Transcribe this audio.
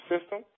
system